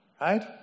right